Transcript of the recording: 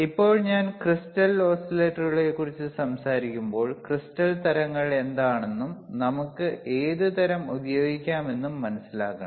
ഇപ്പോൾ ഞാൻ ക്രിസ്റ്റൽ ഓസിലേറ്ററുകളെക്കുറിച്ച് സംസാരിക്കുമ്പോൾ ക്രിസ്റ്റൽ തരങ്ങൾ എന്താണെന്നും നമുക്ക് ഏത് തരം ഉപയോഗിക്കാമെന്നും മനസിലാക്കണം